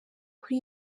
kuri